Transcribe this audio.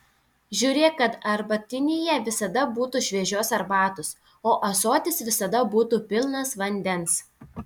žiūrėk kad arbatinyje visada būtų šviežios arbatos o ąsotis visada būtų pilnas vandens